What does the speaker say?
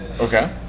Okay